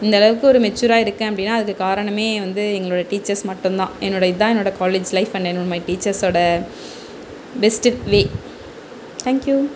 இந்தளவுக்கு ஒரு மெச்சூராக இருக்கேன் அப்படின்னா அதுக்கு காரணம் வந்து எங்களோட டீச்சர்ஸ் மட்டுந்தான் என்னோட இதான் என்னோட காலேஜ் லைஃப் அண்ட் மை டீச்சர்ஸ்ஸோட பெஸ்ட் வே தேங்க்யூ